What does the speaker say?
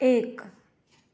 एक